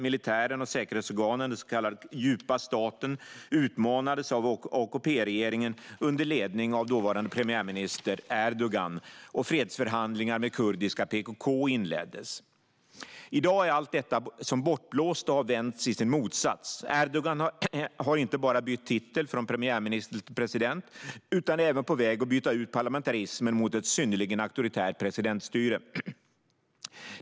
Militären och säkerhetsorganen, den så kallade djupa staten, utmanades av AKP-regeringen under ledning av dåvarande premiärminister Erdogan, och fredsförhandlingar med kurdiska PKK inleddes. I dag är allt detta som bortblåst och har vänts i sin motsats. Erdogan har inte bara bytt titel från premiärminister till president utan är även på väg att byta ut parlamentarismen mot ett synnerligen auktoritärt presidentstyre.